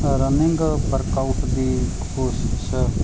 running workout ਦੀ ਕੋਸ਼ਿਸ਼